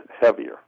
heavier